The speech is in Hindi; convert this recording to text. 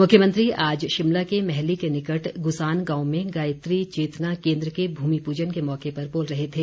मुख्यमंत्री आज शिमला के मैहली के निकट गुसान गांव में गायत्री चेतना केन्द्र के भूमि पूजन के मौके पर बोल रहे थे